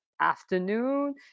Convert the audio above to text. afternoon